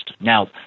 Now